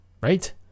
right